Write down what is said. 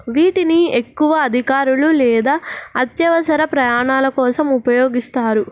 వీటిని ఎక్కువ అధికారులు లేదా అత్యవసర ప్రయాణాల కోసం ఉపయోగిస్తారు